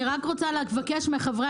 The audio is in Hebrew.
אני רק רוצה לבקש מחברי